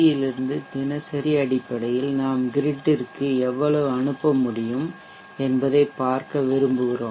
யிலிருந்து தினசரி அடிப்படையில் நாம் கிரிட்டிற்கு எவ்வளவு அனுப்ப முடியும் என்பதை பார்க்க விரும்புகிறோம்